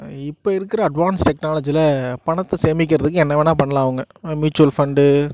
இப்போ இருக்கிற அட்வான்ஸ் டெக்னாலஜியில பணத்தை சேமிக்கிறத்துக்கு என்ன வேணா பண்லாம் அவங்க மீச்சுவல் ஃபண்டு